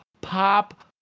Pop